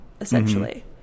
essentially